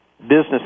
business